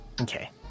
Okay